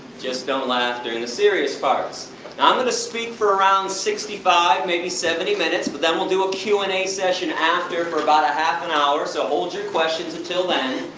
just don't laugh during the serious parts. and i'm gonna speak for around sixty five, maybe seventy minutes, but then we'll do a q and a session after, for about half an hour, so hold your questions until then.